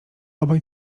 obaj